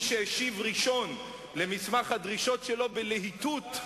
מי שהשיב ראשון למסמך הדרישות שלו בלהיטות,